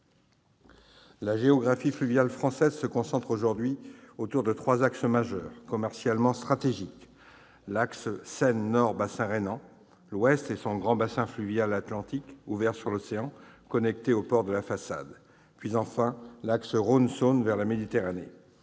La géographie fluviale française se concentre autour de trois axes majeurs, commercialement stratégiques : l'axe Seine-Nord-bassin rhénan ; l'Ouest, et son grand bassin fluvial atlantique ouvert sur l'océan, connecté aux ports de la façade ; enfin, l'axe Rhône-Saône vers la Méditerranée.